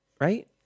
Right